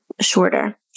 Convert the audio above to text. shorter